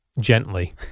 gently